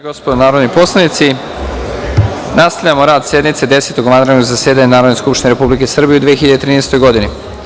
gospodo narodni poslanici nastavljamo sa radom sednice Desetog vanrednog zasedanja Narodne skupštine Republike Srbije u 2013. godini.